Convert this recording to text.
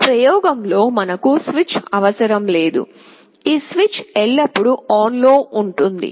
ఈ ప్రయోగంలో మనకు స్విచ్ అవసరం లేదు ఈ స్విచ్ ఎల్లప్పుడూ ఆన్లో ఉంటుంది